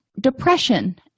depression